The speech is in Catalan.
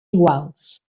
iguals